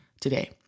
today